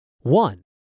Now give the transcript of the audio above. One